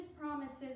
promises